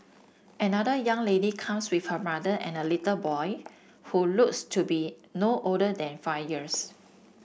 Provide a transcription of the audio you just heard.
another young lady comes with her mother and a little boy who looks to be no older than five years